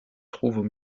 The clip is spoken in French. trouvent